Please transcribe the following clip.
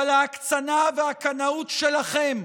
אבל ההקצנה והקנאות שלכם,